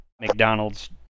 McDonald's